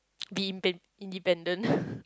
be in~ independent